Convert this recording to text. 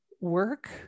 work